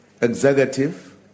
executive